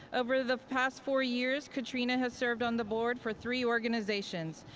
over the past four years, katrina has served on the board for three organizations.